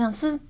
orh